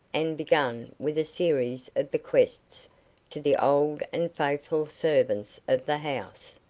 and began with a series of bequests to the old and faithful servants of the house,